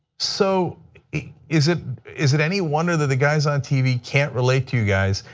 so is it is it any wonder that the guys on tv can't relate to you guys?